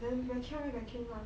then you help me vacuum lah